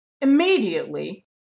Immediately